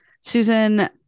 Susan